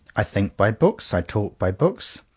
i think by books, i talk by books,